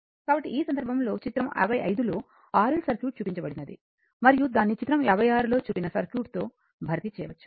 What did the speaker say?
కాబట్టి ఈ సందర్భంలో చిత్రం 55లో R L సర్క్యూట్ చూపించబడినది మరియు దాన్ని చిత్రం 56 లో చూపిన సర్క్యూట్ తో భర్తీ చేయవచ్చు